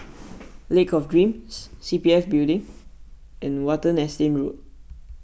Lake of Dreams C P F Building and Watten Estate Road